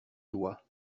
doigt